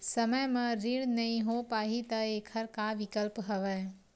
समय म ऋण नइ हो पाहि त एखर का विकल्प हवय?